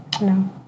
No